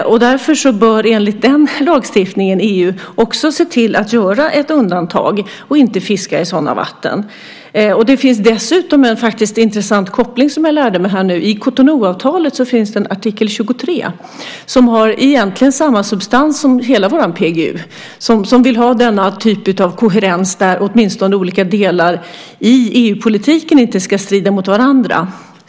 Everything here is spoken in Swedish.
Därför bör enligt den lagstiftningen EU också se till att göra ett undantag och inte fiska i sådana vatten. Det finns dessutom faktiskt en intressant koppling, som jag lärde mig här nu. I Cotonouavtalet finns det en artikel 23 som egentligen har samma substans som hela vår PGU, som vill ha denna typ av koherens, där åtminstone olika delar i EU-politiken inte ska strida mot varandra.